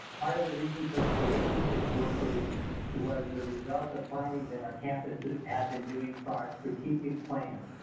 part of the reason for the creation of this work group was the result of planning that our campus had been doing for our strategic plan.